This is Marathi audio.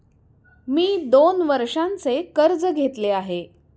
मी दोन वर्षांचे कर्ज घेतले आहे